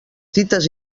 dites